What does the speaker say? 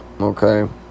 Okay